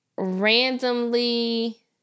Randomly